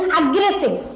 aggressive